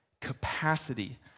capacity